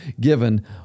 given